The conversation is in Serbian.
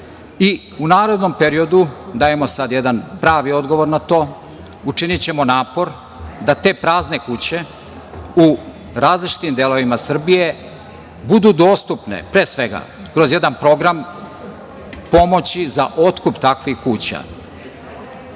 i u narednom periodu, dajemo sad jedan pravni odgovor na to, učinićemo napor da te prazne kuće u različitim delovima Srbije budu dostupne, pre svega, kroz jedan program pomoći za otkup takvih kuća. Ovo